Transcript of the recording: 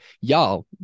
y'all